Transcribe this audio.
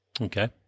Okay